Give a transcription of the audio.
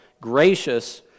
gracious